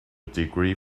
degree